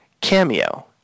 cameo